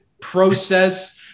process